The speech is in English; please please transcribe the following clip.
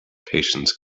patience